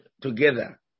together